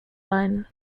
line